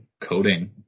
coding